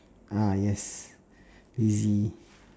ah yes lazy